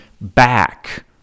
back